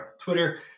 Twitter